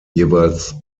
jeweils